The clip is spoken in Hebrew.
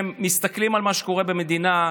שמסתכלים על מה שקורה במדינה,